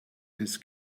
his